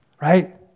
right